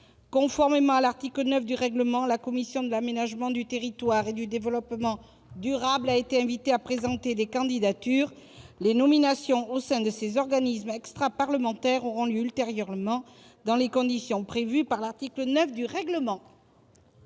Conformément à l'article 9 du règlement, la commission de l'aménagement du territoire et du développement durable a été invitée à présenter des candidatures. Les nominations au sein de ces organismes extraparlementaires auront lieu ultérieurement, dans les conditions prévues par l'article 9 du règlement.